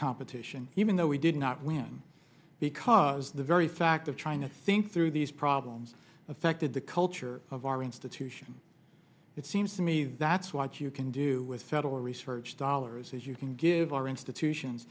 competition even though we did not win because the very fact of trying to think through these problems affected the culture of our institution it seems to me that's what you can do with federal research dollars you can give our institutions